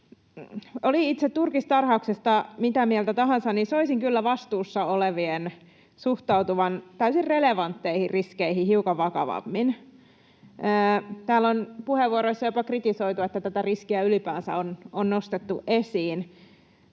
Oli itse turkistarhauksesta mitä mieltä tahansa, niin soisin kyllä vastuussa olevien suhtautuvan täysin relevantteihin riskeihin hiukan vakavammin. Täällä on puheenvuoroissa jopa kritisoitu, että tätä riskiä ylipäänsä on nostettu esiin.